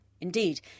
Indeed